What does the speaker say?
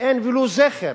אין ולו זכר